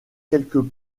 quelques